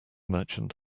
merchant